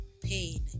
pain